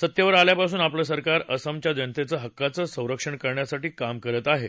सत्तेवर आल्यापासून आपलं सरकार असमच्या जनतेच्या हक्कांचं रक्षण करण्यासाठी काम करत आहे